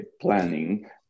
planning